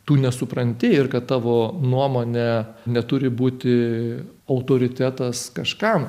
tu nesupranti ir kad tavo nuomonė neturi būti autoritetas kažkam